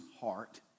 heart